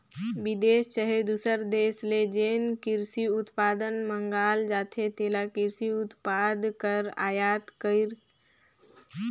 बिदेस चहे दूसर देस ले जेन किरसी उत्पाद मंगाल जाथे तेला किरसी उत्पाद कर आयात करई कहल जाथे